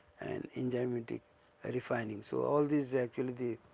and enzymatic refining. so, all these actually the,